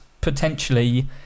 potentially